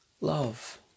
love